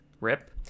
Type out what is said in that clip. rip